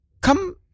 come